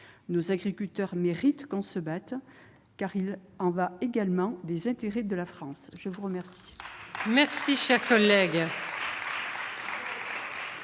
Nos agriculteurs méritent qu'on se batte. Il y va également des intérêts de la France. La parole